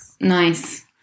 Nice